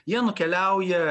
jie nukeliauja